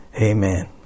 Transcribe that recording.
Amen